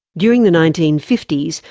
during the nineteen fifty s,